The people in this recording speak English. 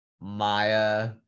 Maya